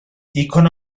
icono